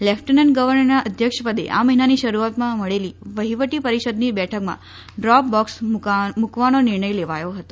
lieutenant ગવર્નરના અધ્યક્ષપદે આ મહિનાની શરૂઆતમા મળેલી વહીવટી પરિષદની બેઠકમાં ડ્રોપ બોક્ષ મૂકવાનો નિર્ણય લેવાયો હતો